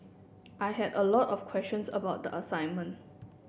I had a lot of questions about the assignment